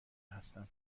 هستم